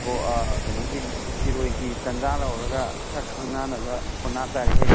ꯀꯩꯅꯣꯒꯤ ꯁꯤꯔꯣꯏꯒꯤ ꯇꯟꯖꯥ ꯂꯧꯔꯒ ꯈꯔ ꯈꯪꯅꯅꯕ ꯍꯣꯠꯅ ꯇꯥꯔꯦꯍꯦ